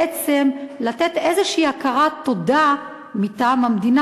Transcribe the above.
בעצם לתת איזושהי הכרת תודה מטעם המדינה